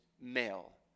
male